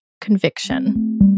conviction